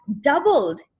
doubled